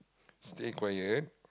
stay quiet